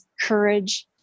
courage